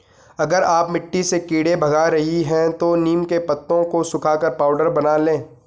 अगर आप मिट्टी से कीड़े भगा रही हैं तो नीम के पत्तों को सुखाकर पाउडर बना लें